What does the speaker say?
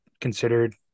considered